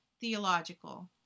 theological